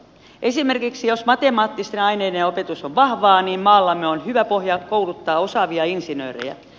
esimerkiksi jos matemaattisten aineiden opetus on vahvaa niin maallamme on hyvä pohja kouluttaa osaavia insinöörejä